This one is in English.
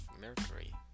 mercury